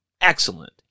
excellent